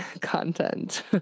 content